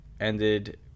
ended